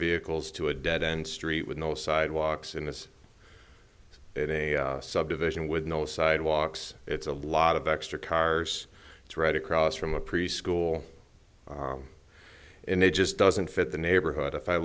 vehicles to a dead end street with no sidewalks in this and a subdivision with no sidewalks it's a lot of extra cars it's right across from a preschool and it just doesn't fit the neighborhood i